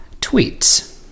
Tweets